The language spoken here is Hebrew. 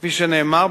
כפי שנאמר,